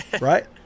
right